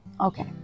Okay